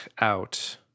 out